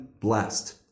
blessed